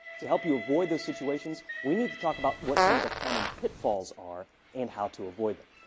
to help you avoid those situations, we need to talk about what some of the common pitfalls are and how to avoid them.